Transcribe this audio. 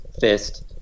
fist